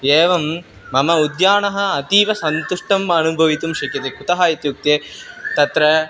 एवं मम उद्याने अतीव सन्तुष्टम् अनुभवितुं शक्यते कुतः इत्युक्ते तत्र